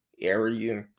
area